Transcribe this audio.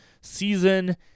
season